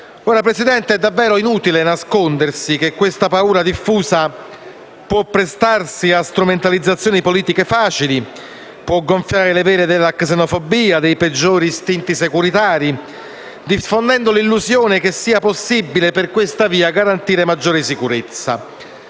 Presidente, è davvero inutile nascondersi che questa paura diffusa può prestarsi a facili strumentalizzazioni politiche e gonfiare le vele della xenofobia e dei peggiori istinti securitari, diffondendo l'illusione che, per questa via, sia possibile garantire maggiore sicurezza.